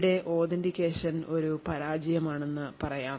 എവിടെ authentication ഒരു പരാജയം ആണെന്നു പറയാം